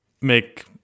make